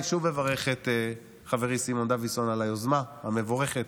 אני שוב אברך את חברי סימון דוידסון על היוזמה המבורכת